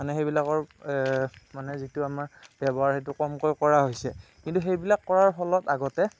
মানে সেইবিলাকৰ মানে যিটো আমাৰ ব্যৱহাৰ সেইটো কমকৈ কৰা হৈছে কিন্তু সেইবিলাক কৰাৰ ফলত আগতে